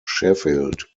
sheffield